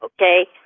Okay